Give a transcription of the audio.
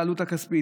לעלות הכספית.